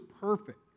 perfect